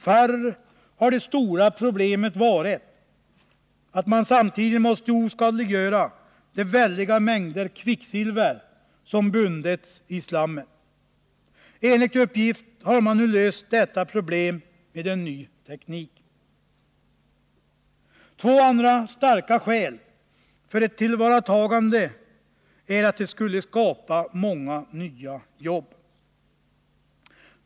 Förr var det stora problemet att man samtidigt måste oskadliggöra de väldiga mängder kvicksilver som bundits i slammet. Enligt uppgift har man nu löst detta problem med en ny teknik. Två andra starka skäl för ett tillvaratagande är att det skulle skapa många nya arbeten.